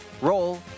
roll